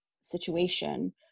situation